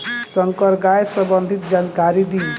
संकर गाय सबंधी जानकारी दी?